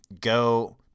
go